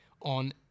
on